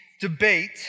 debate